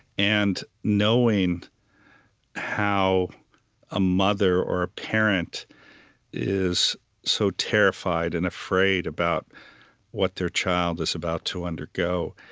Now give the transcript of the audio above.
and knowing how a mother or a parent is so terrified and afraid about what their child is about to undergo,